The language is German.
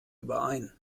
überein